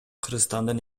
кыргызстандын